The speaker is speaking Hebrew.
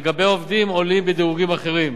לגבי עובדים עולים בדירוגים האחרים